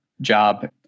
job